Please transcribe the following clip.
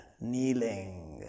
kneeling